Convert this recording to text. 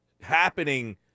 happening